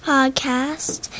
Podcast